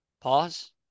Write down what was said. Pause